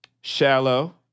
Shallow